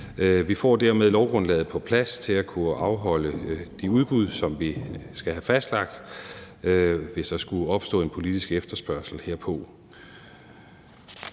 Vi får dermed lovgrundlaget på plads til at kunne afholde de udbud, som vi skal have fastlagt, hvis der skulle opstå en politisk efterspørgsel herpå.